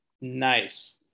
nice